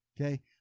Okay